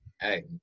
Hey